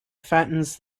fattens